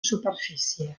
superfície